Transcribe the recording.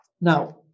Now